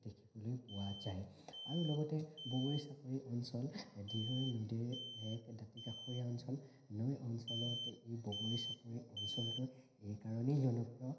দেখিবলৈ পোৱা যায় আৰু লগতে বগৰী চাপৰি অঞ্চল দিৰৈ নদীৰ এক দাঁতিকাষৰীয়া অঞ্চল নৈ অঞ্চলতে ই বগৰী চাপৰি অঞ্চলটোত এই কাৰণেই জনপ্ৰিয়